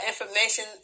information